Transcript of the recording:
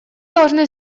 должны